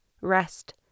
rest